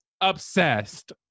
obsessed